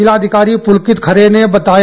जिलाधिकारी प्रलकित खरे ने बताया